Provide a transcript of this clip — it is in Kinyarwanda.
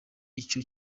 ico